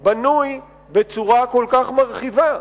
בנוי בצורה כל כך מרחיבה.